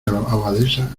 abadesa